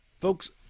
folks